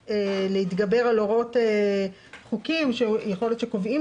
15:27. נושא הישיבה הוא רוויזיה שאני הגשתי